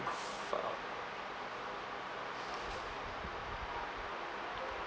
fuck